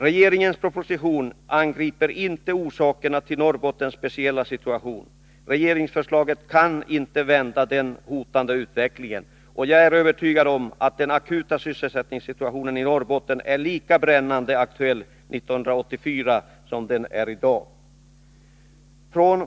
Den angriper inte orsakerna till Norrbottens speciella situation, och den kan inte vända den hotande utvecklingen. Jag ä övertygad om att den akuta sysselsättningssituationen i Norrbotten är lika brännande aktuell 1984 som den är i dag.